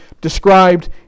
described